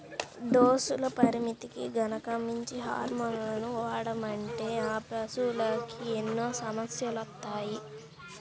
డోసుల పరిమితికి గనక మించి హార్మోన్లను వాడామంటే ఆ పశువులకి ఎన్నో సమస్యలొత్తాయి